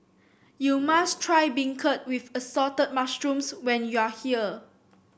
you must try beancurd with Assorted Mushrooms when you are here